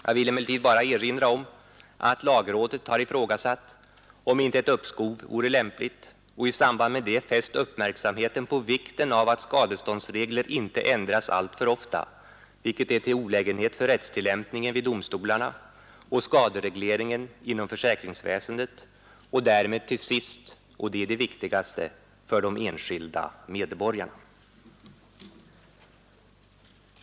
Jag vill emellertid bara erinra om att lagrådet har ifrågasatt, om inte ett uppskov vore lämpligt, och i samband därmed fäst uppmärksamheten på vikten av att skadeståndsregler inte ändras alltför ofta, vilket är till olägenhet för rättstillämpningen vid domstolarna och skaderegleringen inom försäkringsväsendet och därmed till sist — och det är det viktigaste — för de enskilda medborgarna.